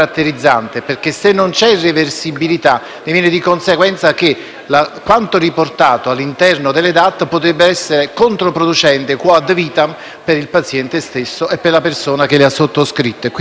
quanto riportato all'interno delle DAT potrebbe essere controproducente *quoad vitam* per il paziente e per la persona che le ha sottoscritte. Quindi voglio dire che queste volontà poi devono essere prese in considerazione